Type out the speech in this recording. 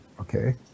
okay